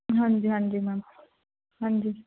ਹਾਂਜੀ ਹਾਂਜੀ ਮੈਮ ਹਾਂਜੀ